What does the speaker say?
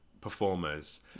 performers